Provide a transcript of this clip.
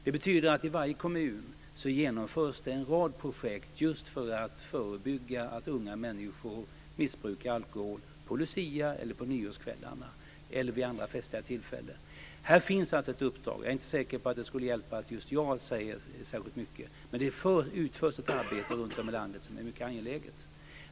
Det betyder att det i varje kommun genomförs en rad projekt för att förebygga att unga människor missbrukar alkohol på Lucia, på nyårskvällar eller vid andra festliga tillfällen. Här finns alltså ett uppslag. Jag är inte säker på att det skulle hjälpa att just jag säger särskilt mycket, men det utförs ett arbete runtom i landet som är mycket angeläget.